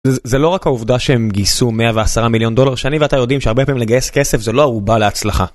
זה זה לא רק העובדה שהם גייסו 110 מיליון דולר, שאני ואתה יודעים שהרבה פעמים לגייס כסף זה לא ערובה להצלחה.